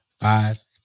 Five